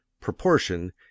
proportion